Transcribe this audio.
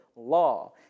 Law